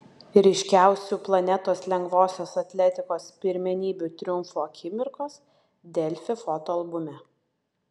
ryškiausių planetos lengvosios atletikos pirmenybių triumfų akimirkos delfi fotoalbume